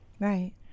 Right